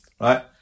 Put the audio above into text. right